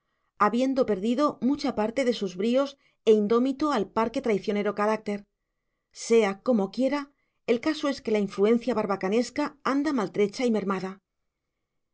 habiendo perdido mucha parte de sus bríos e indómito al par que traicionero carácter sea como quiera el caso es que la influencia barbacanesca anda maltrecha y mermada